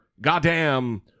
goddamn